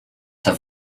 have